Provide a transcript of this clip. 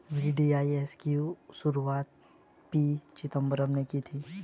VDIS की शुरुआत P Chidambaram ने की थी